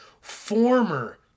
former